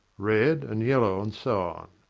red and yellow and so